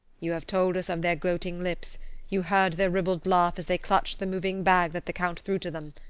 you have told us of their gloating lips you heard their ribald laugh as they clutched the moving bag that the count threw to them.